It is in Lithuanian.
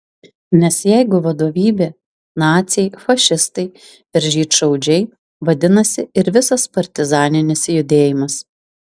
nes jeigu vadovybė naciai fašistai ir žydšaudžiai vadinasi ir visas partizaninis judėjimas